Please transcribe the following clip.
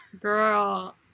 girl